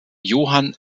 johann